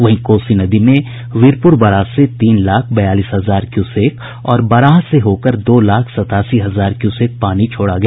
वहीं कोसी नदी में वीरपुर बराज से तीन लाख बयालीस हजार क्यूसेक और बराह से होकर दो लाख सतासी हजार क्यूसेक पानी छोड़ा गया